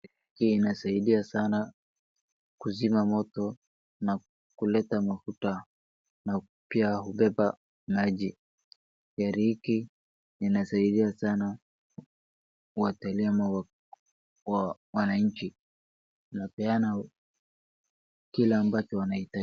Hii inasaidia sana kuzima moto na kuleta mafuta na pia kubeba maji. Gari hiki inasaidia sana waterema wa wananchi, inapeana kila ambacho wanahitaji.